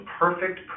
perfect